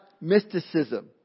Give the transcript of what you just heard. mysticism